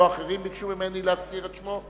לא אחרים ביקשו ממני להזכיר את שמו.